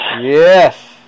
Yes